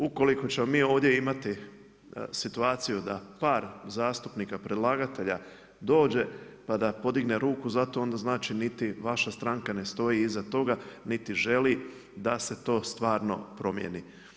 Ukoliko ćemo mi ovdje imati situaciju da par zastupnika predlagatelja dođe pa da podigne ruku za to onda znači niti vaša stranka ne stoji iza toga niti želi da se to stvarno promijeni.